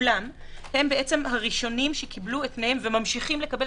הם הראשונים שקיבלו את פניהם וממשיכים לקבל